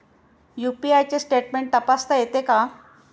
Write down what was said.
UPI चे statement तपासता येते का?